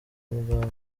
muganga